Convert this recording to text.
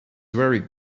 very